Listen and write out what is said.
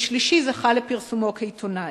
שלישי זכה לפרסומו כעיתונאי.